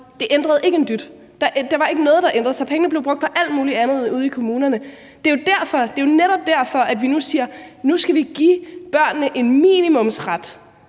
det ændrede ikke en dyt. Der var ikke noget, der ændrede sig. Pengene blev brugt på alt muligt andet ude i kommunerne. Det er jo derfor – det er jo netop derfor – at vi nu siger, at nu skal vi give børnene en minimumsret,